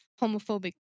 homophobic